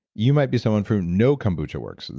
you might be someone who no kombucha works,